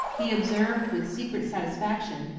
he observed, with secret satisfaction,